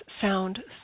sound